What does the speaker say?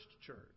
church